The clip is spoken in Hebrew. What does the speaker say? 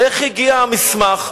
איך הגיע המסמך?